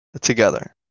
together